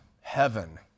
heaven